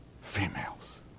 Females